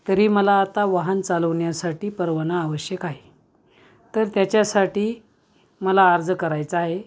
तरी मला आता वाहन चालवण्यासाठी परवाना आवश्यक आहे तर त्याच्यासाठी मला अर्ज करायचा आहे